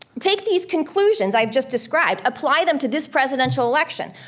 take these conclusions i've just described, apply them to this presidential election.